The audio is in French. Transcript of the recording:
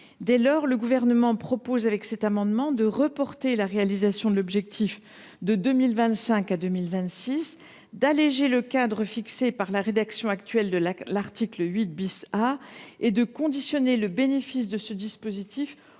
Dès lors, le Gouvernement propose avec cet amendement de reporter la réalisation de l’objectif de 2025 à 2026, d’alléger le cadre fixé par la rédaction actuelle de cet article et de conditionner le bénéfice de ce dispositif